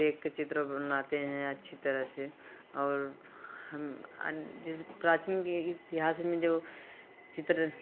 देख के चित्र बनाते हैं अच्छी तरह से और हम जैसे प्राचीन के इतिहास में जो चित्र